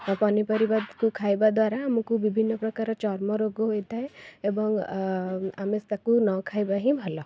ଓ ପନିପରିବାକୁ ଖାଇବାଦ୍ୱାରା ଆମକୁ ବିଭିନ୍ନପ୍ରକାର ଚର୍ମରୋଗ ହୋଇଥାଏ ଏବଂ ଆମେ ତାକୁ ନ ଖାଇବା ହିଁ ଭଲ